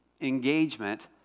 engagement